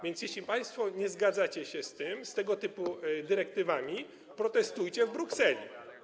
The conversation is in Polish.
Więc jeśli państwo nie zgadzacie się z tym, z tego typu dyrektywami, protestujcie w Brukseli.